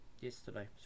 yesterday